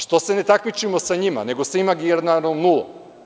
Što se ne takmičimo sa njima nego sa imaginarnom nulom.